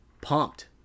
pumped